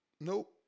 Nope